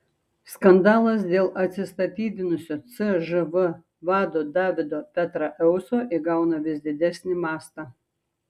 skandalas dėl atsistatydinusio cžv vado davido petraeuso įgauna vis didesnį mastą